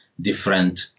different